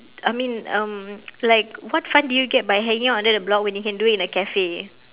I mean um like what fun do you get by hanging out under the block when you can do it in a cafe